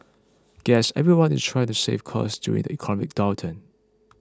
guess everyone is trying to save costs during the economic downturn